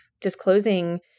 disclosing